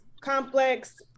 complex